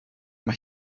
mae